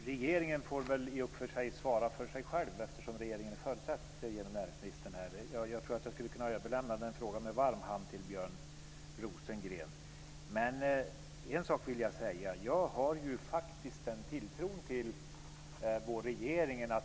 Herr talman! Regeringen får svara för sig själv, eftersom regeringen är företrädd av näringsministern. Jag skulle med varm hand kunna överlämna frågan till Björn Rosengren. Men en ska vill jag säga. Jag har faktiskt en tilltro till regeringen.